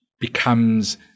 becomes